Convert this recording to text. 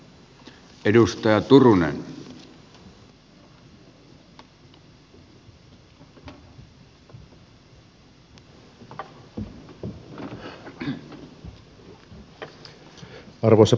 arvoisa puhemies